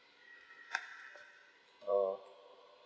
oh